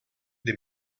dem